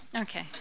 Okay